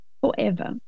forever